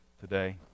today